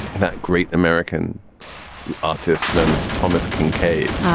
and that great american artist known as thomas kincaid.